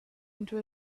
into